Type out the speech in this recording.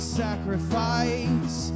sacrifice